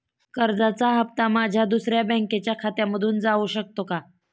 कर्जाचा हप्ता माझ्या दुसऱ्या बँकेच्या खात्यामधून जाऊ शकतो का?